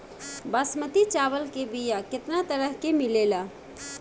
बासमती चावल के बीया केतना तरह के मिलेला?